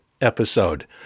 episode